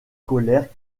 scolaires